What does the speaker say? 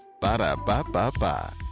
ba-da-ba-ba-ba